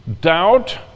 Doubt